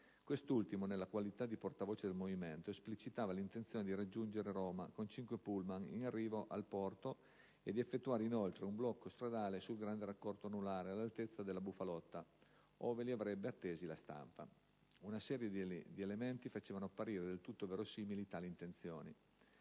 Quest'ultimo, nella qualità di portavoce del Movimento, esplicitava l'intenzione di raggiungere Roma con cinque pullman in arrivo al porto e di effettuare inoltre un blocco stradale sul grande raccordo anulare, all'altezza della Bufalotta, ove li avrebbe attesi la stampa. Una serie di elementi facevano apparire del tutto verosimili tali intenzioni: